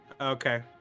Okay